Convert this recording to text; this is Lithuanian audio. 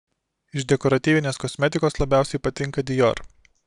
iš dekoratyvinės kosmetikos labiausiai patinka dior